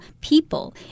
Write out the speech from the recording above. people